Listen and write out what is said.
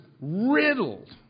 riddled